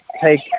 take